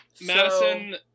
Madison